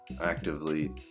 actively